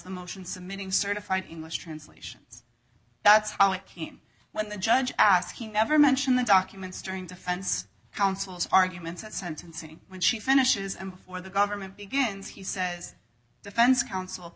the motion submitting certified english translations that's how it came when the judge asked he never mentioned the documents during defense counsel's arguments at sentencing when she finishes and before the government begins he says defense counsel